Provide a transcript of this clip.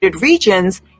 regions